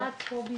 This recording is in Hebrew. קובי